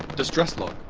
distress log.